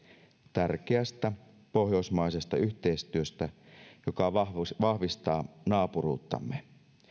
tärkeästä pohjoismaisesta yhteistyöstä joka vahvistaa naapuruuttamme